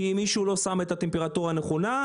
כי מישהו לא שם את הטמפרטורה הנכונה,